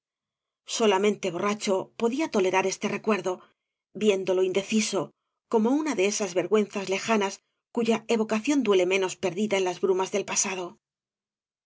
solamente bo rracho podía tolerar este recuerdo viéndolo indeiieo como una de eeas vergüenzas lejanas cuya avocación duele menos perdida en las brumas dil pasado su